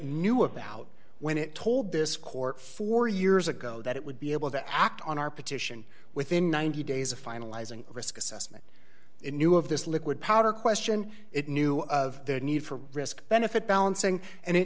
knew about when it told this court four years ago that it would be able to act on our petition within ninety days of finalizing risk assessment it knew of this liquid powder question it knew of their need for risk benefit balancing and